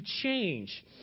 change